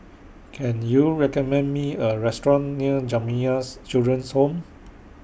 Can YOU recommend Me A Restaurant near Jamiyah's Children's Home